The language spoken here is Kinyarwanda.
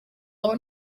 aho